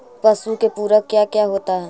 पशु के पुरक क्या क्या होता हो?